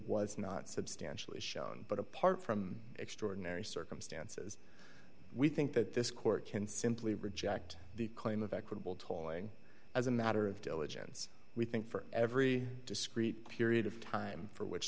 was not substantially shown but apart from extraordinary circumstances we think that this court can simply reject the claim of equitable tolling as a matter of diligence we think for every discrete period of time for which